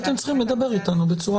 הייתם צריכים לדבר אתנו בצורה מסודרת.